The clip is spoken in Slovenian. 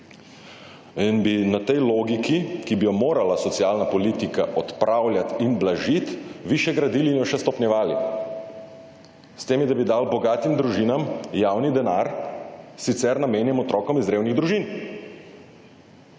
In bi na tej logiki, ki bi jo morala socialna politika odpravljati in blažiti, vi še gradili in še stopnjevali s tem, da bi dali bogatim družinam javni denar, sicer namenjen otrokom iz revnih družin.